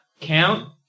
Count